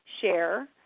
share